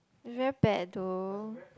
very bad though